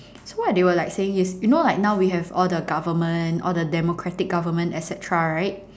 so what they like saying is you know now we have all the government all the democratic government etcetera right